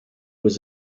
was